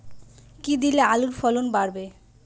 কী দিলে আলুর ফলন বাড়বে?